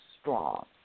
strong